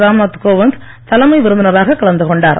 ராம்நாத் கோவிந்த் தலைமை விருந்தினராக கலந்து கொண்டார்